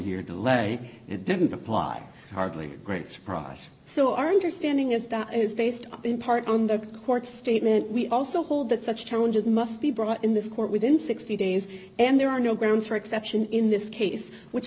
year delay it didn't apply hardly a great surprise so our understanding is that is based in part on the court's statement we also hold that such challenges must be brought in this court within sixty days and there are no grounds for exception in this case which